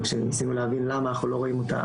וכשניסינו להבין למה אנחנו לא רואים אותה